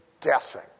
guessing